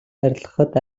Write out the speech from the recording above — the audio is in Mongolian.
арилгахад